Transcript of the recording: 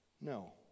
No